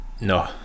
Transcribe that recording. No